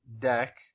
deck